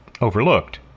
overlooked